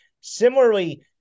similarly